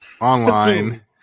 Online